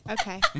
okay